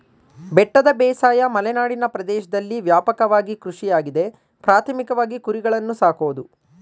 ಬೆಟ್ಟದ ಬೇಸಾಯ ಮಲೆನಾಡಿನ ಪ್ರದೇಶ್ದಲ್ಲಿ ವ್ಯಾಪಕವಾದ ಕೃಷಿಯಾಗಿದೆ ಪ್ರಾಥಮಿಕವಾಗಿ ಕುರಿಗಳನ್ನು ಸಾಕೋದು